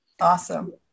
awesome